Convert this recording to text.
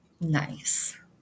Nice